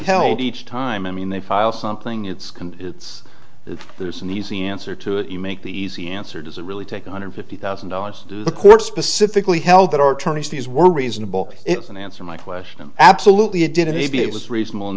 held each time i mean they file something it's can it's if there's an easy answer to it you make the easy answer does it really take a hundred fifty thousand dollars to do the court specifically held that our attorneys fees were reasonable it's an answer my question absolutely it did it may be it was reasonable in